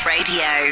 Radio